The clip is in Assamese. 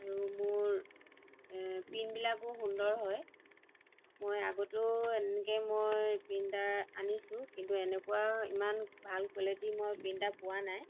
আৰু মোৰ প্ৰিন্টবিলাকো সুন্দৰ হয় মই আগতেও এনেকৈ মই প্ৰিন্টাৰ আনিছোঁ কিন্তু এনেকুৱা ইমান ভাল কোৱালিটী মই প্ৰিন্টাৰ পোৱা নাই